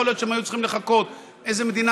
יכול להיות שהם היו צריכים לחכות ואיזו מדינה